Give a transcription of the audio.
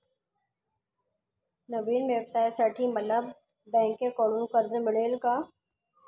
नवीन व्यवसायासाठी मला बँकेकडून कर्ज मिळेल का?